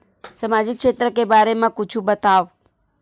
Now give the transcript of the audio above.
सामजिक क्षेत्र के बारे मा कुछु बतावव?